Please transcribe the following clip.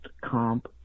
comp